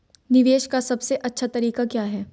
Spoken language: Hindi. निवेश का सबसे अच्छा तरीका क्या है?